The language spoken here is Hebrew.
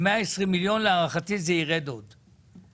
זה שזה קיים לא עוזר לנו